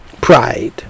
pride